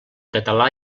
català